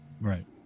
Right